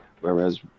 whereas